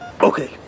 Okay